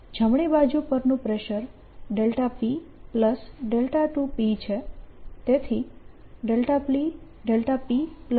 જમણી બાજુ પરનું પ્રેશર p2p છે